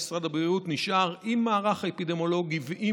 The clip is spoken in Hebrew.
משרד הבריאות נשאר עם מערך האפידמיולוגי ועם